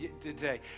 today